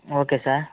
okay sir